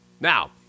Now